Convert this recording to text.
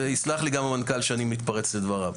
ויסלח לי גם המנכ"ל שאני מתפרץ לדבריו: